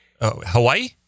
Hawaii